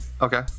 Okay